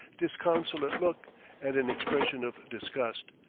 disconsolate look and an expression of disgust,